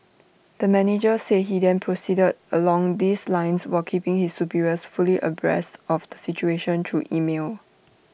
the manager said he then proceeded along these lines while keeping his superiors fully abreast of the situation through email